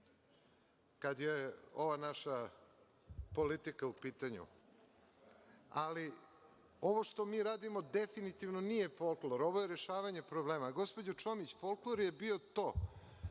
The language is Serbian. kada je ova naša politika u pitanju, ali ovo što mi radimo definitivno nije folklor, ovo je rešavanje problema. Gospođo Čomić, folklor je bio to